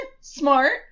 smart